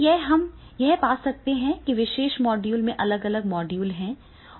इसलिए यहां हम यह पा सकते हैं कि इस विशेष मॉड्यूल में अलग अलग मॉड्यूल हैं